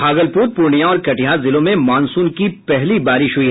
भागलपुर पूर्णिया और कटिहार जिलों में मॉनसून की पहली बारिश हुई